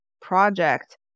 project